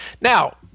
Now